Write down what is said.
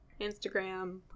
Instagram